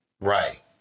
right